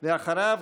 ואחריו,